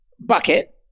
bucket